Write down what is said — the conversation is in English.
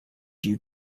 you